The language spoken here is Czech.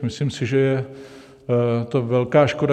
Myslím si, že je to velká škoda.